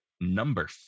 number